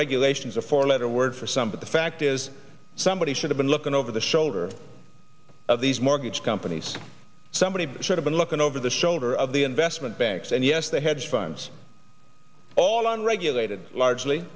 regulations a four letter word for some but the fact is somebody should have been looking over the shoulder of these mortgage companies somebody should have been looking over the shoulder of the investment banks and yes the hedge funds all unregulated largely